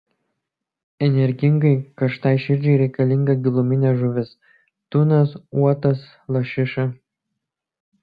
energingai karštai širdžiai reikalinga giluminė žuvis tunas uotas lašiša